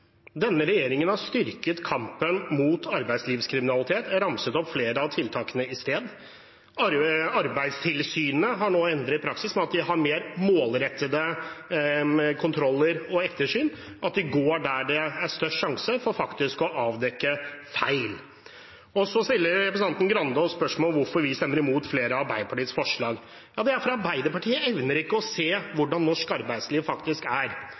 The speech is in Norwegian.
Denne regjeringen har styrket kampen mot arbeidslivskriminalitet – jeg ramset opp flere av tiltakene i sted. Arbeidstilsynet har endret praksis ved at de nå har mer målrettede kontroller og ettersyn, de går dit det er størst sjanse for å avdekke feil. Representanten Grande stiller spørsmål om hvorfor vi stemmer imot flere av Arbeiderpartiets forslag. Det er fordi Arbeiderpartiet ikke evner å se hvordan norsk arbeidsliv faktisk er.